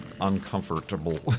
uncomfortable